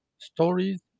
stories